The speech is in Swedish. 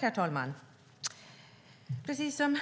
Herr talman! Precis som